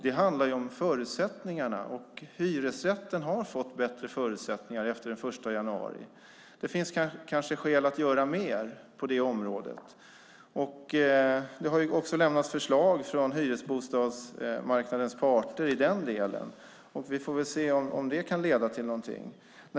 Det har med förutsättningarna att göra. Hyresrätten har fått bättre förutsättningar efter den 1 januari. Det finns kanske skäl att göra mer på det området. Det har lämnats förslag från hyresbostadsmarknadens parter. Vi får se om det kan leda till något.